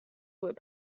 with